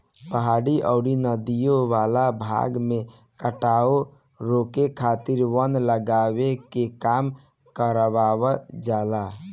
पहाड़ी अउरी नदियों वाला भाग में कटाव रोके खातिर वन लगावे के काम करवावल जाला